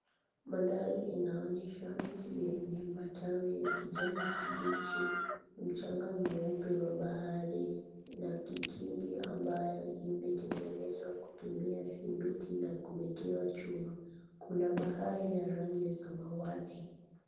Mandhari inaon𝑦esha mti wenye matawi ya kijani 𝑘𝑖𝑏𝑖𝑐ℎ𝑖, mchanga mweupe wa bahari na kigingi ambayo imetengenezwa kutumia simiti na kuwekewa chuma. Kuna bahari ya rangi ya samawati.